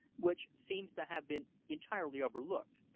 which seems to have been entirely overlooked.